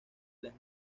las